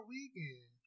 Weekend